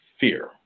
fear